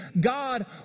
God